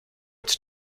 it’s